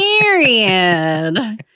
period